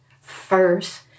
first